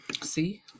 See